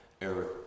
Eric